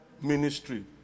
ministry